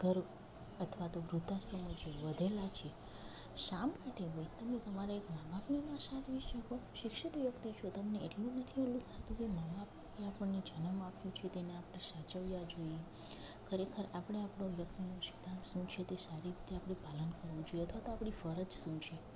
ઘર અથવા તો વૃદ્ધાઆશ્રમ વધેલાં છે શા માટે હોય તમે તમારા એક મા બાપને સાચવી શકો શિક્ષિત વ્યક્તિ છો તમને એટલું નથી પેલું થતું કે મા બાપ ત્યાં એ આપણને જન્મ આપ્યો છે તેને આપણે સાચવવા જોઈએ ખરેખર આપણે આપણો વ્યક્તિનો સિદ્ધાંત શું છે તે સારી રીતે આપણે પાલન કરવું જોઈએ તો આપણી ફરજ શું છે